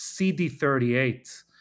CD38